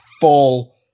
full